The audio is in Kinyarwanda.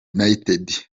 united